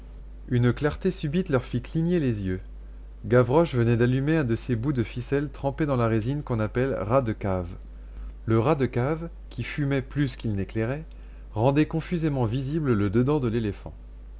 une clarté subite leur fit cligner les yeux gavroche venait d'allumer un de ces bouts de ficelle trempés dans la résine qu'on appelle rats de cave le rat de cave qui fumait plus qu'il n'éclairait rendait confusément visible le dedans de l'éléphant